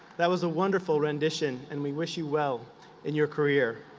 that was a wonderful rendition, and we wish you well in your career.